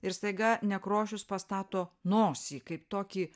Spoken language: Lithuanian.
ir staiga nekrošius pastato nosį kaip tokį